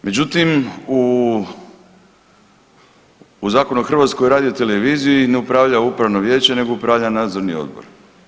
Međutim, u Zakonu o HRT-u ne upravlja upravno vijeće nego upravlja nadzorni odbor.